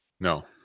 no